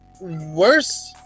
worse